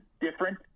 different